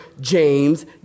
James